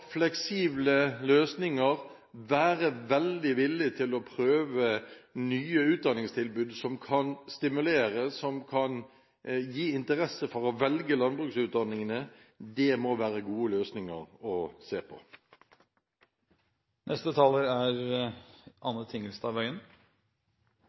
fleksible løsninger, og det å være villig til å prøve nye utdanningstilbud som kan stimulere, og som kan gi en interesse slik at man kan velge landbruksutdanningene, må være gode løsninger å se